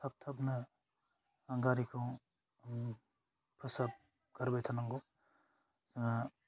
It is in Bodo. थाब थाबनो आं गारिखौ फोसाब गारबाय थानांगौ